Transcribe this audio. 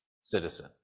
citizen